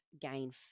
gain